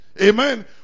Amen